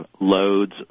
loads